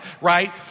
right